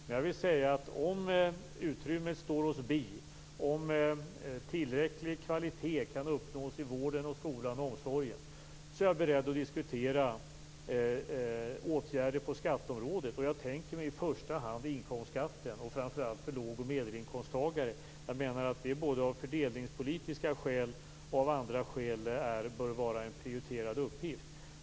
Men om utrymmet står oss bi, och om tillräcklig kvalitet kan uppnås i vården, skolan och omsorgen, är jag beredd att diskutera åtgärder på skatteområdet. Jag tänker mig i första hand inkomstskatten, och då framför allt för låg och medelinkomststagare. Jag menar att det både av fördelningspolitiska skäl och av andra skäl bör vara en prioriterad uppgift.